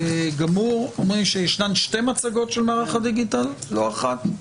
אומרים שישנן שתי מצגות של מערך הדיגיטל, לא אחת?